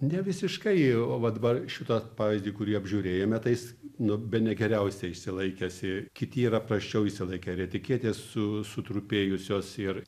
nevisiškai o vat dabar šitą pavyzdį kurį apžiūrėjome tai jis nu bene geriausiai išsilaikęs i kiti yra prasčiau išsilaikę ir etiketės susutrupėjusios ir